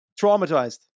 Traumatized